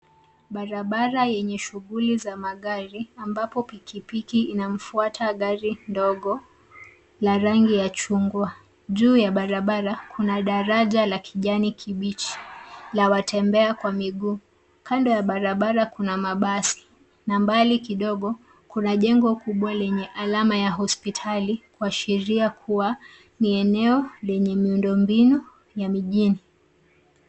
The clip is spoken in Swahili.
Barabara yenye shughuli za magari ambapo pikipiki linalifuata gari ndogo la rangi ya chungwa. Juu ya barabara kuna daraja la kijani kibichi ya watembea miguu, kando ya barabara kuna mabasi, na mbali kidogo kuna jengo kubwa lenye alama ya hospitali, kuashiria kuwa ni eneo lenye miundombinu ya mjini.